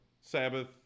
Sabbath